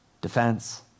defense